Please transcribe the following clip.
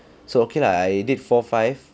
so okay lah I did four five